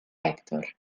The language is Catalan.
hèctor